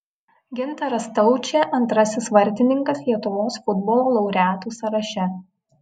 gintaras staučė antrasis vartininkas lietuvos futbolo laureatų sąraše